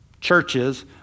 churches